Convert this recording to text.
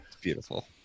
Beautiful